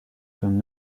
qu’un